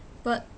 but